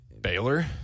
Baylor